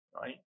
right